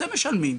אתם משלמים,